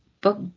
book